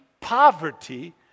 poverty